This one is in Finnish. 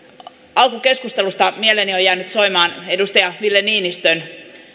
alkukeskustelusta mieleeni on jäänyt soimaan edustaja ville niinistön